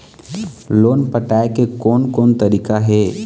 Loan पटाए के कोन कोन तरीका हे?